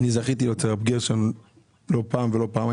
אני זכיתי עוד להגיע לשם לא פעם ולא פעמיים,